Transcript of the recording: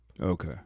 okay